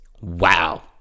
Wow